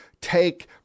take